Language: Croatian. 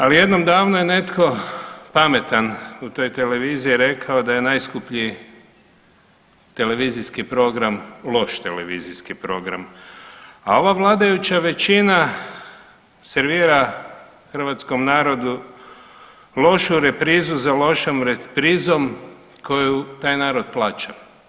Ali jednom davno je netko pametan u toj televiziji rekao da je najskuplji televizijski program loš televizijski program, a ova vladajuća većina servira hrvatskom narodu lošu reprizu za lošom reprizom koju taj narod plaća.